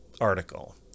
article